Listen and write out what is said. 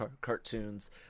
cartoons